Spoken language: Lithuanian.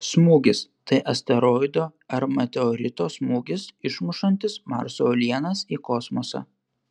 smūgis tai asteroido ar meteorito smūgis išmušantis marso uolienas į kosmosą